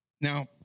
Now